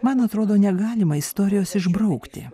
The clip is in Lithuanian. man atrodo negalima istorijos išbraukti